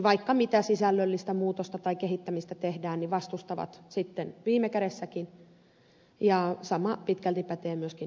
vaikka mitä sisällöllistä muutosta tai kehittämistä tehdään niin ne jotka vastustavat alkutilanteessa vastustavat sitten viime kädessäkin ja sama pitkälti pätee myöskin kannattajien osalta